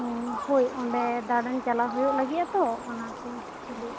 ᱦᱩᱸ ᱦᱟᱹᱯᱳᱭ ᱚᱸᱰᱮ ᱫᱟᱲᱟᱱ ᱪᱟᱞᱟᱣ ᱦᱩᱭᱩᱜ ᱞᱟᱹᱜᱤᱛ ᱟᱛᱳ ᱚᱱᱟ ᱛᱤᱧ ᱠᱩᱞᱤᱭᱮᱫ ᱢᱮᱭᱟ